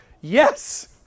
Yes